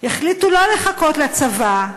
החליטו שלא לחכות לצבא.